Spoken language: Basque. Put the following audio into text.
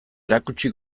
erakutsi